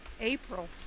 April